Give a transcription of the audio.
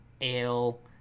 ale